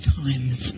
times